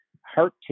heart